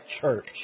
church